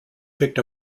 picked